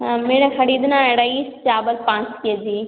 हाँ मेरा खरीदना है रईस चावल पाँच के जी